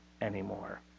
anymore